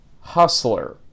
hustler